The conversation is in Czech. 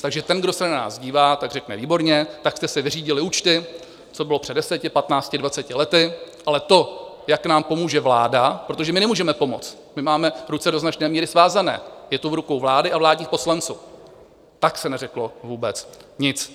Takže ten, kdo se na nás dívá, tak řekne: Výborně, tak jste si vyřídili účty, co bylo před deseti, patnácti, dvaceti lety, ale to, jak nám pomůže vláda protože my nemůžeme pomoct, my máme ruce do značné míry svázané, je to v rukou vlády a vládních poslanců tak se neřeklo vůbec nic.